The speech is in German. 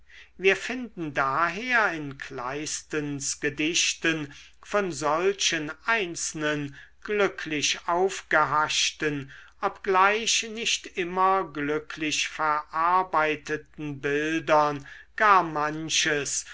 wir finden daher in kleistens gedichten von solchen einzelnen glücklich aufgehaschten obgleich nicht immer glücklich verarbeiteten bildern gar manches